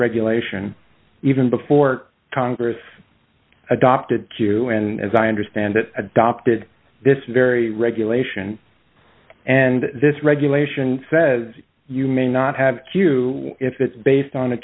regulation even before congress adopted q and as i understand it adopted this very regulation and this regulation says you may not have q if it's based on a